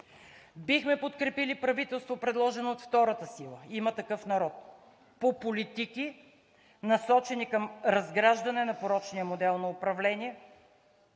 Бихме подкрепили правителство, предложено от втората сила – „Има такъв народ“, по политики, насочени към разграждане на порочния модел на управление